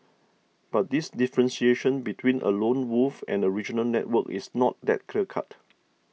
but this differentiation between a lone wolf and a regional network is not that clear cut